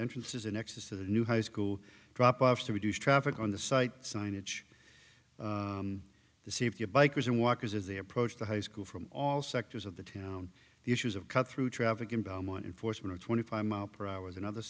entrances and exits to the new high school drop offs to reduce traffic on the site signage the safety of bikers and walkers as they approach the high school from all sectors of the town the issues of cut through traffic in belmont enforcement twenty five mile per hour another